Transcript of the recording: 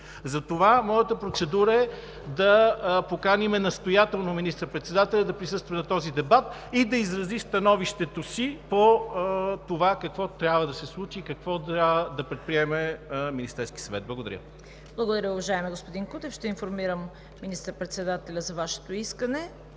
Затова моята процедура е: да поканим настоятелно министър председателя да присъства на този дебат и да изрази становището си по това какво трябва да се случи и какво трябва да предприеме Министерският съвет. Благодаря. ПРЕДСЕДАТЕЛ ЦВЕТА КАРАЯНЧЕВА: Благодаря, господин Кутев. Ще информирам министър-председателя за Вашето искане.